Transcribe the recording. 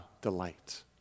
delight